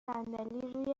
روی